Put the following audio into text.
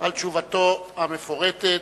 על תשובתו המפורטת.